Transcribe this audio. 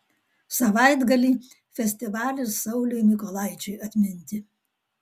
savaitgalį festivalis sauliui mykolaičiui atminti